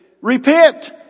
Repent